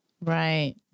Right